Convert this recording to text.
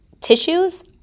tissues